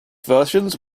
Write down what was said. versions